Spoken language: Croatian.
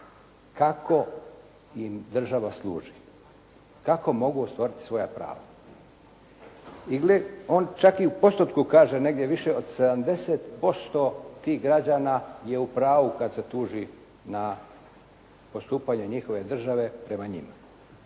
kako im država služi, kako mogu ostvariti svoja prava. I on čak i u postotku kaže negdje više od 70% tih građana je u pravu kad se tuži na postupanje njihove države prema njima,